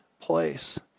place